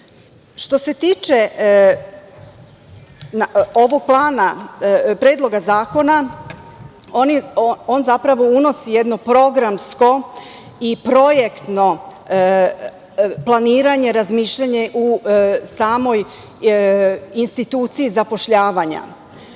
se tiče ovog plana predloga zakona, on zapravo unosi jedno programsko i projektno planiranje, razmišljanje u samoj instituciji zapošljavanja.